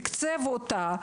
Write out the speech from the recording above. תקצב אותה,